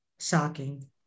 shocking